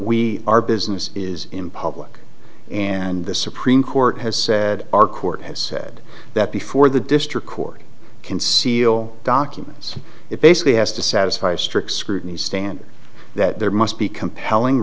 we are business is in public and the supreme court has said our court has said that before the district court can seal documents it basically has to satisfy strict scrutiny standard that there must be compelling